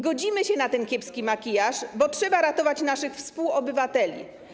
Godzimy się na ten kiepski makijaż, bo trzeba ratować naszych współobywateli.